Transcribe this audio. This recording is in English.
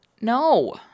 no